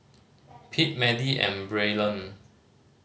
Pete Madie and Braylon